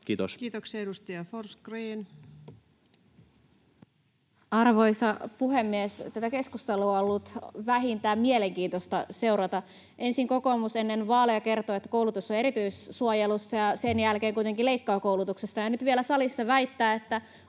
2025 Time: 16:26 Content: Arvoisa puhemies! Tätä keskustelua on ollut vähintään mielenkiintoista seurata. Ensin kokoomus ennen vaaleja kertoi, että koulutus on erityissuojelussa, ja sen jälkeen kuitenkin leikkaa koulutuksesta ja nyt vielä salissa väittää, että